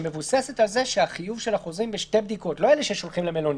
שמבוססת על כך שהחיוב של החוזרים בשתי בדיקות לא אלה ששולחים למלונית,